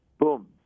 Boom